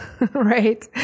right